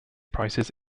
prices